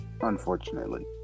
Unfortunately